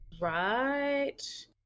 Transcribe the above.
right